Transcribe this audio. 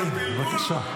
כן, בבקשה.